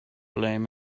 blame